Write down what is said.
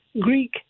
Greek